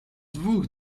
dwóch